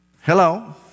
Hello